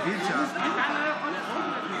הוא